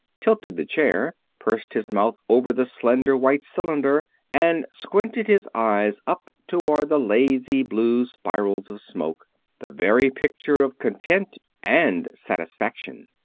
tilted the chair, pursed his mouth over the slender white cylinder and squinted his eyes up toward the lazy blue spirals of smoke the very picture of content and satisfaction.